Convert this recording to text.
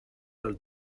del